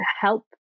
help